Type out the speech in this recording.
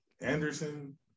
Anderson